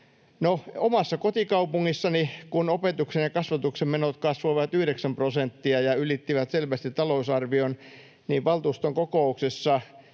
omassa kotikaupungissani, kun opetuksen ja kasvatuksen menot kasvoivat yhdeksän prosenttia ja ylittivät selvästi talousarvion, valtuuston kokouksessa